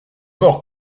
mort